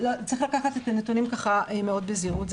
צריך לקחת את הנתונים ככה מאוד בזהירות.